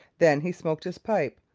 then he smoked his pipe,